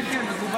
כן, זה מקובל.